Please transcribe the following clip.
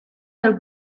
del